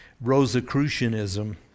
Rosicrucianism